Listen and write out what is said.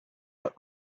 but